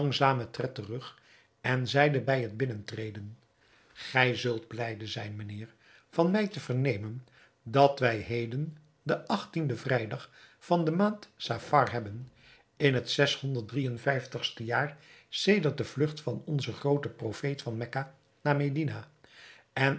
terug en zeide bij het binnen treden gij zult blijde zijn mijnheer van mij te vernemen dat wij heden den en vrijdag van de maand safar hebben in het jaar sedert de vlugt van onzen grooten profeet van mekka naar medina en